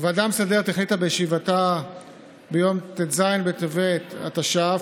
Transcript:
הוועדה המסדרת החליטה בישיבתה ביום ט"ז בטבת התש"ף,